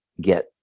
get